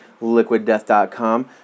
liquiddeath.com